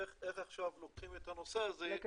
איך עכשיו לוקחים את הנושא הזה צעד קדימה.